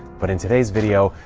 but in today's video,